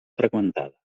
freqüentada